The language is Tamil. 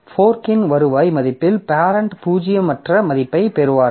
ஃபோர்க்கின் வருவாய் மதிப்பில் பேரெண்ட் பூஜ்ஜியமற்ற மதிப்பைப் பெறுவார்கள்